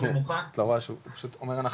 נמוכה --- את לא רואה שהוא פשוט אומר הנחות?